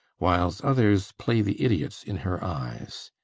whiles others play the idiots in her eyes!